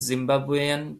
zimbabwean